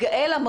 גאל אמרה.